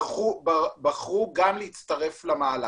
בחרו גם להצטרף למהלך.